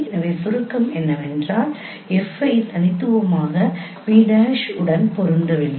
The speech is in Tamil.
எனவே சுருக்கம் என்னவென்றால் F தனித்துவமாக P' உடன் பொருந்தவில்லை